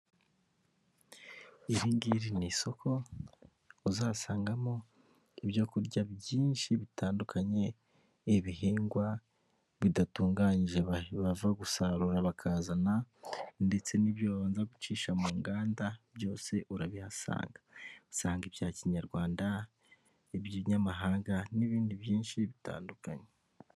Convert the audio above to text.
Iri ngiri ni isoko uzasangamo ibyo kurya byinshi bitandukanye, ibihingwa bidatunganyije bava gusarura bakazana, ndetse n'ibyo gucisha mu nganda, byose urabihasanga, usanga ibya kinyarwanda ibinyamahanga n'ibindi byinshi bitandukanye.